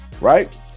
right